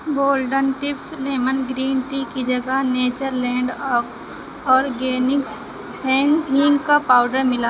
golden tips lemon green tea کی جگہ nature land or organics ہینگ ہینگ کا پاؤڈر ملا